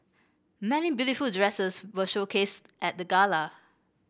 many dresses were showcased at the gala